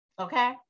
Okay